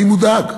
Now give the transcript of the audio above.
אני מודאג.